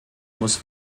muss